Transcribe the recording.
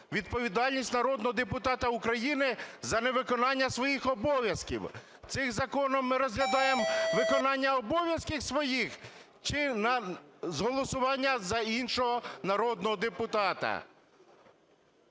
"Відповідальність народного депутата України за невиконання своїх обов’язків". Цим законом ми розглядаємо виконання обов’язків своїх чи голосування за іншого народного депутата?